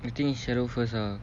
I think shallow first ah